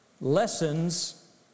Lessons